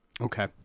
Okay